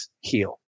heal